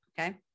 okay